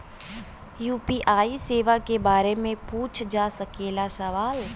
UPI सेवा के बारे में पूछ जा सकेला सवाल?